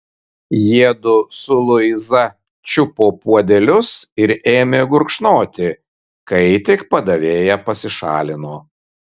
jiedu su luiza čiupo puodelius ir ėmė gurkšnoti kai tik padavėja pasišalino